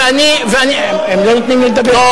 ואני, הם לא נותנים לי לדבר.